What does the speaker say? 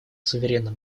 суверенным